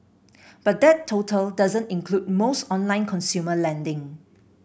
but that total doesn't include most online consumer lending